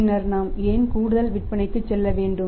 பின்னர்நாம் ஏன் கூடுதல் விற்பனைக்கு செல்ல வேண்டும்